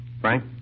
Frank